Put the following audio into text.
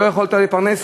ולא יכולת להתפרנס,